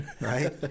Right